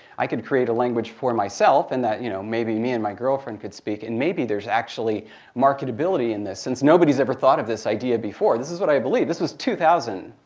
i could create a language for myself and that you know maybe me and my girlfriend could speak. and maybe there's actually marketability in this since nobody's ever thought of this idea before. this is what i believed. this is two thousand,